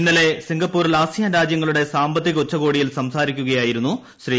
ഇന്നലെ സിംഗപ്പൂരീൽ ആസിയാൻ രാജ്യങ്ങളുടെ സാമ്പത്തിക ഉച്ചകോടിയിൽ സംസാരിക്കുകയായിരുന്നു ശ്രീ